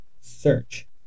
search